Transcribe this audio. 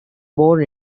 born